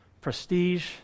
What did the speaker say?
prestige